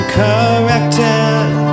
corrected